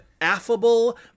affable